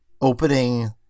opening